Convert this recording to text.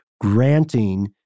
Granting